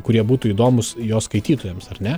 kurie būtų įdomūs jo skaitytojams ar ne